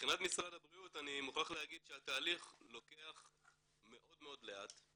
מבחינת משרד הבריאות אני מוכרח להגיד שהתהליך לוקח מאוד מאוד לאט.